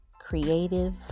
Creative